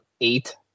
eight